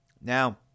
Now